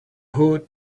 hood